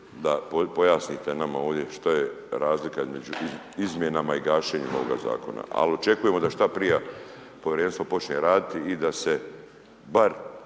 da pojasnite nama ovdje što je razlika između izmjenama i gašenja ovoga zakona, ali očekujemo da što prije Povjerenstvo počne raditi i da se bar